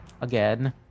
again